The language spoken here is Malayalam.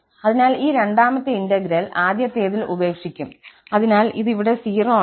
അതിനാൽ ഈ രണ്ടാമത്തെ ഇന്റഗ്രൽ ആദ്യത്തേതിൽ ഉപേക്ഷിക്കും അതിനാൽ ഇത് ഇവിടെ 0 ആണ്